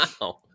Wow